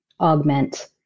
augment